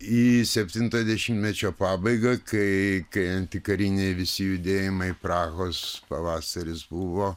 į septintojo dešimtmečio pabaigą kai kai antikariniai visi judėjimai prahos pavasaris buvo